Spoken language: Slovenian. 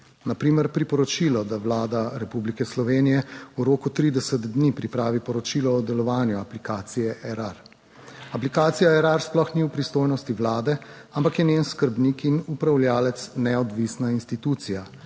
Na primer priporočilo, da Vlada Republike Slovenije v roku 30 dni pripravi poročilo o delovanju aplikacije Erar. Aplikacija Erar sploh ni v pristojnosti vlade, ampak je njen skrbnik in upravljavec neodvisna institucija,